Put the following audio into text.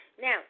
Now